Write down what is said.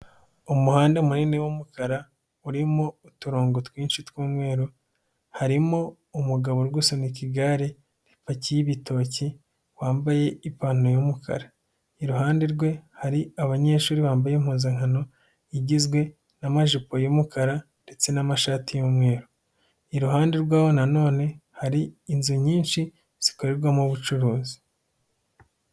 Umuhanda munini wumukara, urimo uturongo twinshi tw'umweru, harimo umugabo uri gusunika igare ripakiye ibitoki, wambaye ipantaro y'umukara. Iruhande rwe hari abanyeshuri bambaye impuzankano igizwe n'amajipo y'umukara ndetse n'amashati y'umweru. Iruhande rwe nanone hari inzu nyinshi zikorerwamo ubucuruzi.